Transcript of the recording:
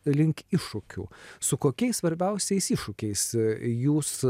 link iššūkių su kokiais svarbiausiais iššūkiais jūs